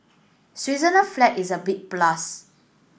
Switzerland flag is a big plus